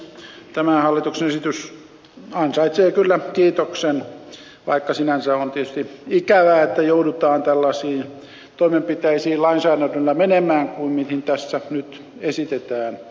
tämä hallituksen esitys ansaitsee kyllä kiitoksen vaikka sinänsä on tietysti ikävää että joudutaan tällaisiin toimenpiteisiin lainsäädännöllä menemään kuin mitä tässä nyt esitetään